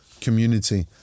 community